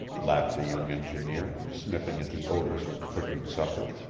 laughed the young engineer, sniffing at the odors of cooking supper.